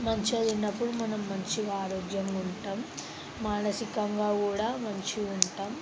మంచిగా తిన్నప్పుడు మనం మంచిగా ఆరోగ్యంగా ఉంటాం మానసికంగా కూడా మంచిగా ఉంటాం